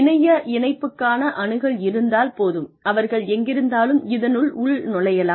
இணைய இணைப்புக்கான அணுகல் இருந்தால் போதும் அவர்கள் எங்கிருந்தாலும் இதனுள் உள்நுழையலாம்